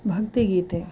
ಭಕ್ತಿಗೀತೆ